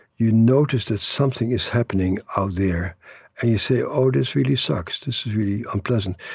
you notice that something is happening out there, and you say, oh, this really sucks. this is really unpleasant.